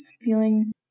feeling